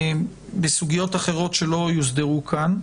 בסוגיות אחרות שלא יוסדרו כאן,